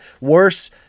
worse